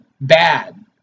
bad